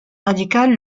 radical